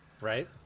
Right